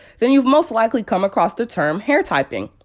then you've most likely come across the term hair typing.